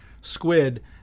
squid